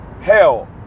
Hell